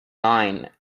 nine